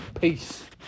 Peace